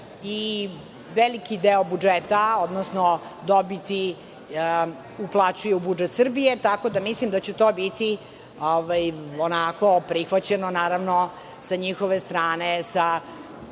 i veliki deo budžeta, odnosno dobiti uplaćuje u budžet Srbije, tako da mislim da će to biti prihvaćeno sa njihove strane, dugo